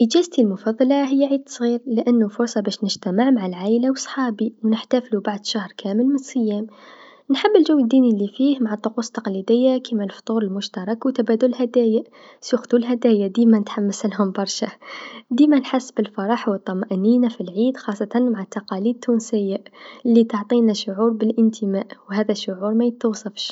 إجازتي المفضله هى العيد الصغير لأنو فرصه باش نجتمع مع العايله و صحابي و ننحتفلو بعد شهر كامل من الصيام، نحب الجو لفيه مع الطقوس التقليديه كيما الفطور المشترك و تبادل الهدايا و خاصة الهدايا ديما نتحمسلهم برشا، ديما نحس بالفرح و الطمانينه في العيد خاصة مع التقاليد التونسيه لتعطينا شعور بالإنتماء و هذا شعور ميتوصفش.